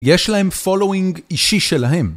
יש להם following אישי שלהם.